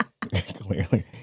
clearly